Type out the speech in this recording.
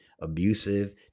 Abusive